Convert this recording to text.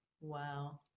Wow